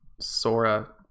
Sora